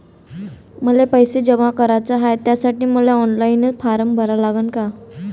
मले पैसे जमा कराच हाय, त्यासाठी मले ऑनलाईन फारम भरा लागन का?